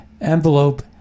envelope